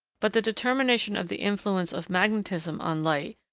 but the determination of the influence of magnetism on light,